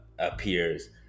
appears